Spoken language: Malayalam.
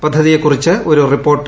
പദ്ധതിയെക്കുറിച്ച് ഒരു റിപ്പോർട്ട്